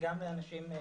גם לאנשים מסוימים.